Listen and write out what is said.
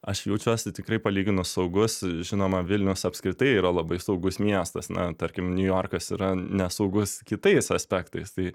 aš jaučiuosi tikrai palyginus saugus žinoma vilnius apskritai yra labai saugus miestas na tarkim niujorkas yra nesaugus kitais aspektais tai